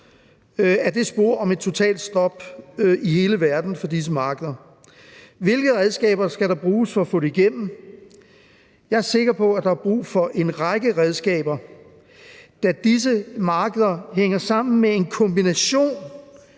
ad det spor mod et totalt stop i hele verden for disse markeder? Hvilke redskaber skal der bruges for at få det igennem? Jeg er sikker på, at der er brug for en række redskaber, da disse markeder hænger sammen med en kombination